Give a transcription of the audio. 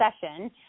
session